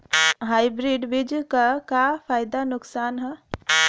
Hybrid बीज क का फायदा नुकसान ह?